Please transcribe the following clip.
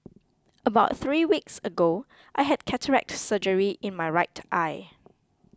about three weeks ago I had cataract surgery in my right eye